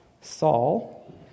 saul